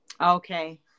Okay